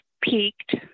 peaked